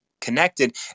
connected